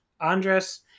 Andres